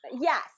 Yes